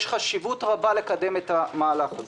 יש חשיבות רבה לקדם את המהלך הזה.